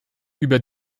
über